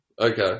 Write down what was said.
Okay